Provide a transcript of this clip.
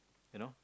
you know